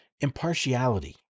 impartiality